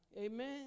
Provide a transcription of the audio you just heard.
Amen